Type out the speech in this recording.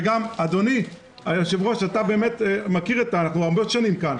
וגם, אדוני היושב-ראש, אנחנו ברבור שחור?